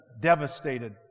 devastated